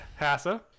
Hassa